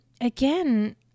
again